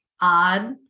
odd